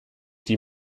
die